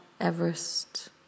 Everest